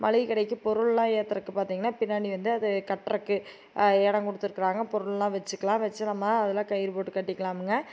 மளிகை கடைக்கு பொருள் எல்லாம் ஏற்றுறதுக்கு பார்த்திங்கன்னா பின்னாடி வந்து அது கட்டுறக்கு இடம் கொடுத்துருக்குறாங்க பொருள் எல்லாம் வச்சுக்கலாம் வச்சு நம்ம அதெல்லாம் கயிறு போட்டு கட்டிக்கலாமுங்க